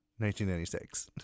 1996